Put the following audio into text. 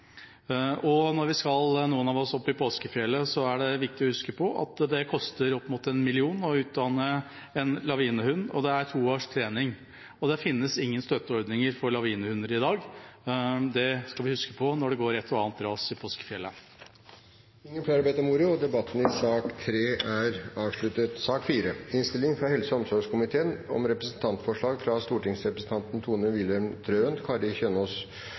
Og når vi, noen av oss, skal opp i påskefjellet, er det viktig å huske på at det koster opp mot 1 mill. kr å utdanne en lavinehund, og det er to års trening. Det finnes ingen støtteordninger for lavinehunder i dag. Det skal vi huske på når det går et og annet ras i påskefjellet. Flere har ikke bedt om ordet